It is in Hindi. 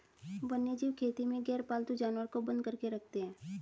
वन्यजीव खेती में गैरपालतू जानवर को बंद करके रखते हैं